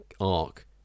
arc